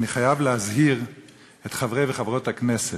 אני חייב להזהיר את חברי וחברות הכנסת: